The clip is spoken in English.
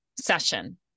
session